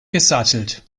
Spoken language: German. gesattelt